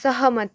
सहमत